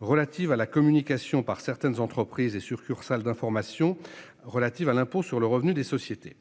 relatives à la communication par certaines entreprises et succursales d'informations relatives à l'impôt sur le revenu des sociétés.